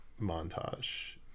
montage